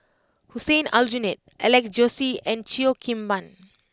Hussein Aljunied Alex Josey and Cheo Kim Ban